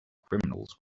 criminals